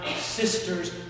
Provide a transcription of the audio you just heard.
sisters